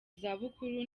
zabukuru